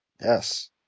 Yes